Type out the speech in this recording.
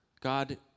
God